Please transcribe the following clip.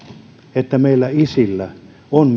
että myös meillä isillä on